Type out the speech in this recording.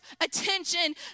attention